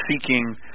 seeking